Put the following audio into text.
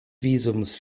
visums